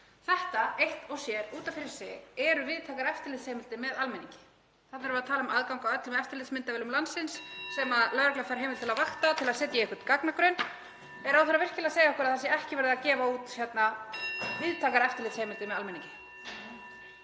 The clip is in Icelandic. Þetta eitt og sér eru víðtækar eftirlitsheimildir með almenningi. Þarna erum við að tala um aðgang að öllum eftirlitsmyndavélum landsins (Forseti hringir.) sem lögregla fær heimild til að vakta til að setja í einhvern gagnagrunn. Er ráðherra virkilega að segja okkur að það sé ekki verið að gefa út víðtækar eftirlitsheimildir með almenningi?